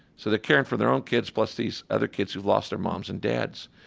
so they're caring for their own kids plus these other kids who've lost their moms and dads.